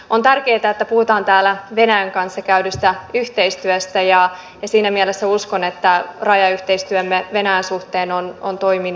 on tärkeätä että puhutaan täällä venäjän kanssa tehdystä yhteistyöstä ja siinä mielessä uskon että rajayhteistyömme venäjän suhteen on toiminut hyvin